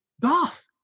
goth